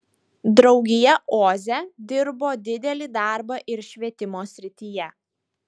draugija oze dirbo didelį darbą ir švietimo srityje